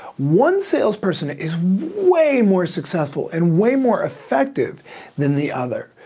one sales person is way more successful and way more effective than the other.